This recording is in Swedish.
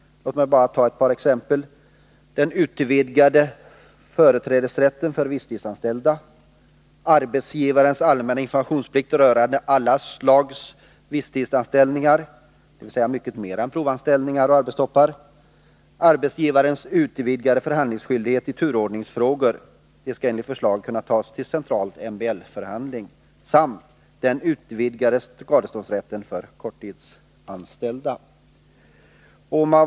Låt mig bara ta några exempel: den utvidgade företrädesrätten för visstidsanställda, arbetsgiva rens allmänna informationsplikt rörande alla slags visstidsanställningar— dvs. mycket mer än provanställningar och anställningar vid arbetstoppar —, arbetsgivarens utvidgade förhandlingsskyldighet i turordningsfrågor, som enligt förslaget skall kunna tas upp till central MBL-förhandling, samt den utvidgade skadeståndsrätten för korttidsanställda.